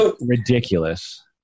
ridiculous